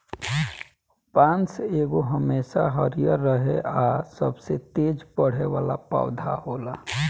बांस एगो हमेशा हरियर रहे आ सबसे तेज बढ़े वाला पौधा होला